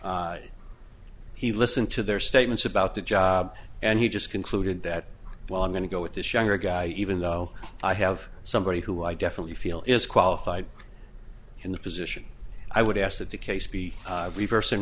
that he listened to their statements about the job and he just concluded that while i'm going to go with this younger guy even though i have somebody who i definitely feel is qualified in the position i would ask that the case be revers